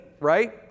Right